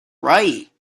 right